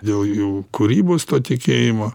dėl jų kūrybos to tikėjimo